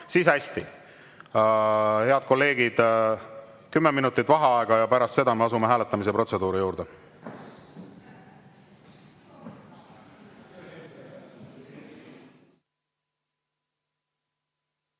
siis hästi, head kolleegid, kümme minutit vaheaega ja pärast seda me asume hääletamisprotseduuri juurde.V